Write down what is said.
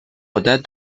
عادت